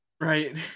right